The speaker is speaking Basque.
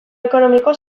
ekonomiko